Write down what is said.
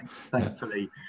thankfully